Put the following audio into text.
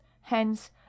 hence